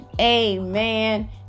Amen